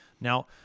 Now